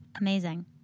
Amazing